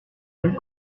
rue